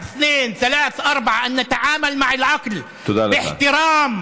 אסור לנו לומר לבוחר: נסיע אותך לקלפיות כדי שתצביע שם.